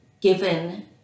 given